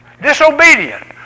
Disobedient